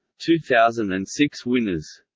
two thousand and six winners